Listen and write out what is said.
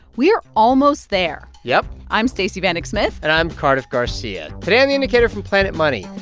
we are almost there yup i'm stacey vanek smith and i'm cardiff garcia. today on the indicator from planet money,